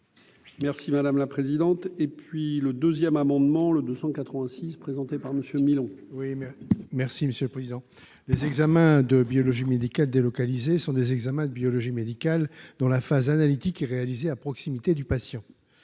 Merci madame la présidente, et puis le 2ème amendement le 286 présenté par Monsieur Milhaud. Oui, mais merci monsieur le président, les examens de biologie médicale délocalisé sur des examens de biologie médicale dans la phase analytique et réalisé à proximité du patient